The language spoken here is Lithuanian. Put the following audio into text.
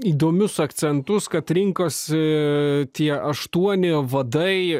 įdomius akcentus kad rinkosi tie aštuoni vadai